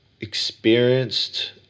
experienced